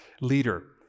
leader